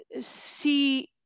see